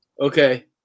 Okay